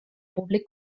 públic